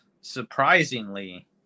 surprisingly